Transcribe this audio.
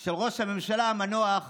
של ראש הממשלה המנוח